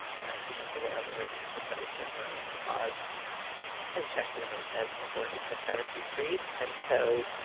mac becomes aware of the rhythms of the place and learns to pause and check for the moped before he steps out into the street. and so,